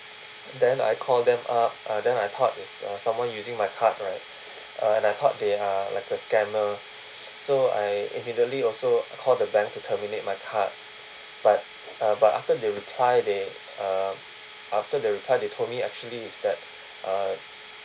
then I call them up uh then I thought it's uh someone using my card right uh and I thought they are like the scammer so I immediately also call the bank to terminate my card but uh but after they reply they uh after the reply they told me actually is that uh